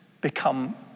become